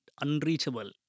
unreachable